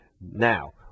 Now